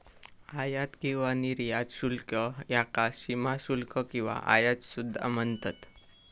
आयात किंवा निर्यात शुल्क याका सीमाशुल्क किंवा आयात सुद्धा म्हणतत